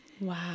Wow